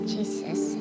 Jesus